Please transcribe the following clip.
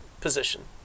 position